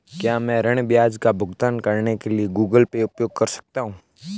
क्या मैं ऋण ब्याज का भुगतान करने के लिए गूगल पे उपयोग कर सकता हूं?